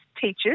teachers